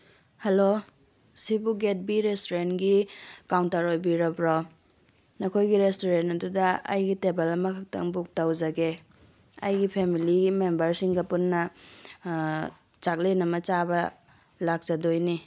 hello ꯁꯤꯕꯨ ꯒꯦꯠꯕꯤ ꯔꯦꯁꯇꯨꯔꯦꯟꯒꯤ ꯀꯥꯎꯟꯇꯔ ꯑꯣꯏꯕꯤꯔꯕ꯭ꯔꯣ ꯅꯈꯣꯏꯒꯤ ꯔꯦꯁꯇꯨꯔꯦꯟ ꯑꯗꯨꯗ ꯑꯩꯒꯤ ꯇꯦꯕꯜ ꯑꯃꯈꯛꯇꯪ ꯕꯨꯛ ꯇꯧꯖꯒꯦ ꯑꯩꯒꯤ ꯐꯦꯃꯤꯂꯤ ꯃꯦꯝꯕꯔꯁꯤꯡꯒ ꯄꯨꯟꯅ ꯆꯥꯛꯂꯦꯟ ꯑꯃ ꯆꯥꯕ ꯂꯥꯛꯆꯗꯣꯏꯅꯦ